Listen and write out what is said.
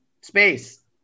space